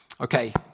Okay